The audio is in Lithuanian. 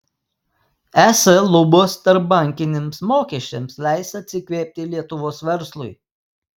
es lubos tarpbankiniams mokesčiams leis atsikvėpti lietuvos verslui